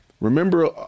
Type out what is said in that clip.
Remember